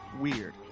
weird